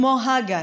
כמו הגר,